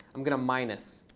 i'm going to minus.